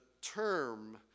term